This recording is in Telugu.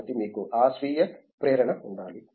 కాబట్టి మీకు ఆ స్వీయ ప్రేరణ ఉండాలి